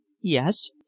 Yes